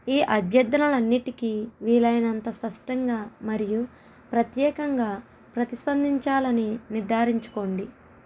ఈ అభ్యర్థనలన్నిటికీ వీలైనంత స్పష్టంగా మరియు ప్రత్యేకంగా ప్రతిస్పందించాలని నిర్ధారించుకోండి